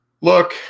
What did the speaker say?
look